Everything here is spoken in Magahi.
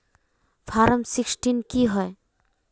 फारम सिक्सटीन की होय?